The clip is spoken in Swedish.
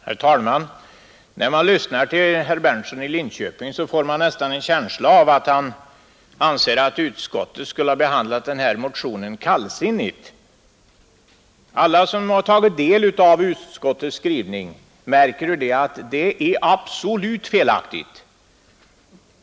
Herr talman! När man lyssnar till herr Berndtson i Linköping får man nästan en känsla av att han anser att utskottet skulle ha behandlat denna motion kallsinnigt. Alla som tagit del av utskottets skrivning märker att det är absolut felaktigt.